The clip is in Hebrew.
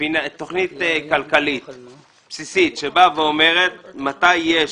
כלכלית בסיסית שבאה ואומרת מתי יש